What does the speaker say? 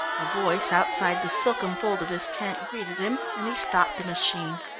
a voice outside the silken fold of his tent greeted him, and he stopped the machine.